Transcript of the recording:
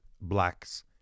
blacks